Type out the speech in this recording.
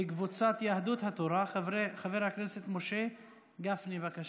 מקבוצת יהדות התורה, חבר הכנסת משה גפני, בבקשה.